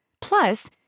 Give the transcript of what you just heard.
Plus